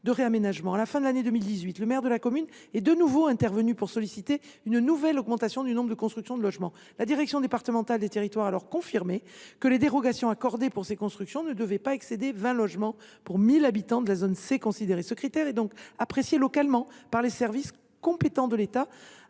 quartier ancien. À la fin de l’année 2018, le maire de la commune est de nouveau intervenu pour solliciter une nouvelle augmentation du nombre de constructions de logements. La direction départementale des territoires (DDT) a alors confirmé que les dérogations accordées pour ces constructions ne devaient pas excéder vingt logements pour 1 000 habitants de la zone C considérée. Ce critère est donc apprécié localement par les services compétents de l’État,